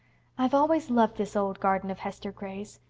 i've always loved this old garden of hester gray's,